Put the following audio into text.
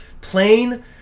plain